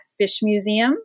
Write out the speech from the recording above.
fishmuseum